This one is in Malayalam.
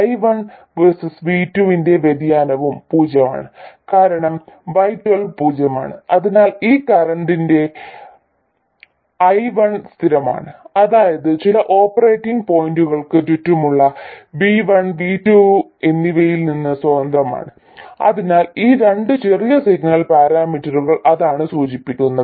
I1 വേഴ്സസ് V2 ന്റെ വ്യതിയാനവും പൂജ്യമാണ് കാരണം y12 പൂജ്യമാണ് അതിനാൽ ഈ കറന്റ്ലെ I1 സ്ഥിരമാണ് അതായത് ചില ഓപ്പറേറ്റിംഗ് പോയിന്റുകൾക്ക് ചുറ്റുമുള്ള V1 V2 എന്നിവയിൽ നിന്ന് സ്വതന്ത്രമാണ് അതിനാൽ ഈ രണ്ട് ചെറിയ സിഗ്നൽ പാരാമീറ്ററുകൾ അതാണ് സൂചിപ്പിക്കുന്നത്